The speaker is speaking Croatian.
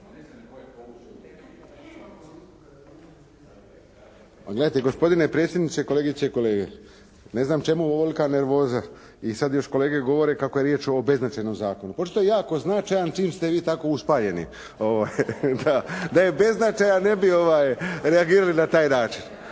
gledajte. Gospodine predsjedniče, kolegice i kolege. Ne znam čemu ovolika nervoza. I sad još kolege govore kako je riječ o beznačajnom zakonu. Očito je jako značajan čim ste vi tako uspaljeni. Da je beznačajan ne bi reagirali na taj način.